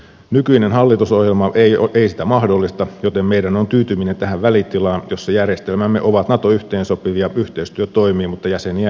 nykyinen hallitusohjelma ei sitä mahdollista joten meidän on tyytyminen tähän välitilaan jossa järjestelmämme ovat nato yhteensopivia yhteistyö toimii mutta jäseniä ei olla